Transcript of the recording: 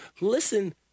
listen